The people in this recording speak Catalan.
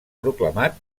proclamat